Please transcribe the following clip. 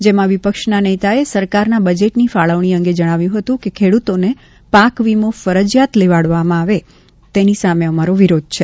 જેમાં વિપક્ષના નેતાએ સરકારના બજેટની ફાળવણી અંગે જણાવ્યું હતું કે ખેડૂતોને પાક વીમો ફરજીયાત લેવડાવવામાં આવે તેની સામે અમારો વિરોધ છે